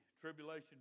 tribulation